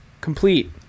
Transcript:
Complete